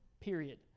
Period